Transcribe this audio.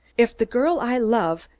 if the girl i love,